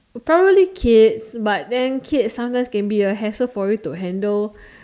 probably kids but then kids sometimes can be a hassle for you to handle